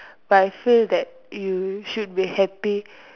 but I feel that you should be happy